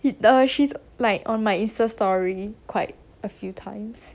it the she's like on my insta story quite a few times